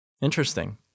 Interesting